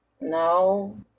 No